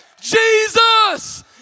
Jesus